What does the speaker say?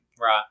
Right